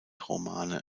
romane